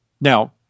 Now